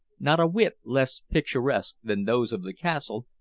not a whit less picturesque than those of the castle,